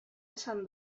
esan